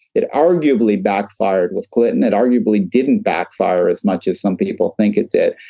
it arguably backfired with clinton that arguably didn't backfire as much as some people think it did.